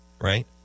right